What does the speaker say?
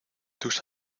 tus